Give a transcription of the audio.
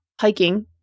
hiking